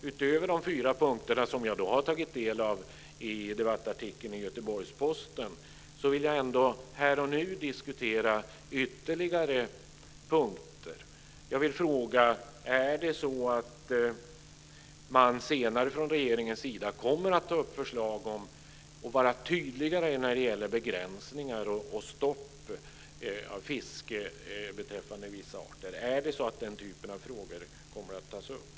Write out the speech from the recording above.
Utöver de fyra punkter som jag har tagit del av i debattartikeln i Göteborgs-Posten vill jag ändå här och nu diskutera ytterligare punkter. Jag vill för det första fråga: Kommer man senare från regeringens sida att ta upp förslag om och vara tydligare när det gäller begränsningar för och stopp av fiske av vissa arter? Kommer den typen av frågor att tas upp?